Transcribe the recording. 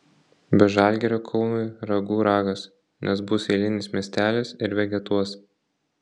be žalgirio kaunui ragų ragas nes bus eilinis miestelis ir vegetuos